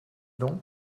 donc